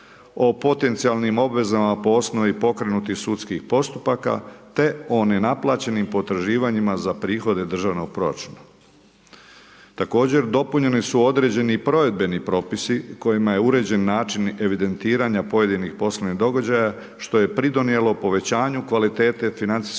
o potencijalnim obvezama po osnovni pokrenutih sudskih postupaka, te o nenaplaćenim potraživanjima za prihode državnog proračuna. Također dopunjeni su određeni provedbeni propisi kojima je uređen način evidentiranja pojedinih poslovnih događaja, što je pridonijelo povećanju kvalitete financijskog